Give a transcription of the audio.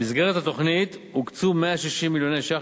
במסגרת התוכנית הוקצו 160 מיליוני ש"ח